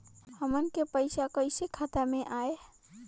हमन के पईसा कइसे खाता में आय?